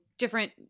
different